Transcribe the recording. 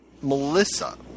Melissa